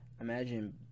imagine